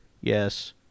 yes